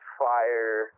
fire